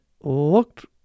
looked